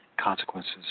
consequences